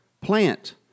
Plant